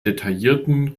detaillierten